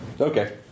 Okay